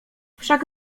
wszak